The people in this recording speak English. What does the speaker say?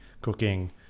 cooking